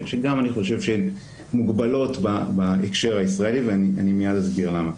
שאני חושב שגם הן מוגבלות בקשר הישראלי ואני מיד אסביר למה.